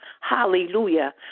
Hallelujah